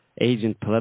agent